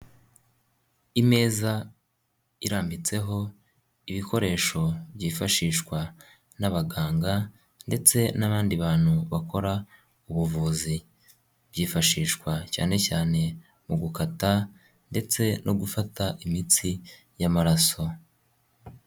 Imeza irambitseho ibikoresho byifashishwa n'abaganga ndetse n'abandi bantu bakora ubuvuzi, byifashishwa cyane cyane mu gukata ndetse no gufata imitsi y'amaraso.